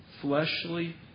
Fleshly